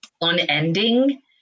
unending